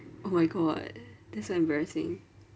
oh my god that's so embarrassing